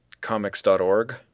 comics.org